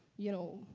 you know,